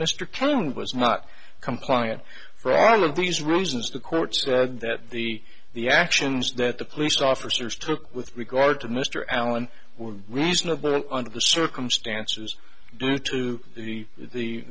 mr cannon was not compliant for all of these reasons the court said that the the actions that the police officers took with regard to mr allen were reasonable under the circumstances due to the the